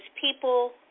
people